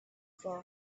for